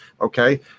okay